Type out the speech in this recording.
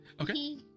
Okay